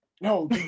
No